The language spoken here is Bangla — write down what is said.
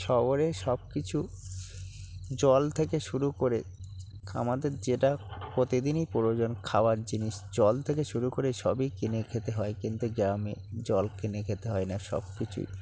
শহরে সব কিছু জল থেকে শুরু করে আমাদের যেটা প্রতিদিনই প্রয়োজন খাবার জিনিস জল থেকে শুরু করে সবই কিনে খেতে হয় কিন্তু গ্রামে জল কিনে খেতে হয় না সব কিছুই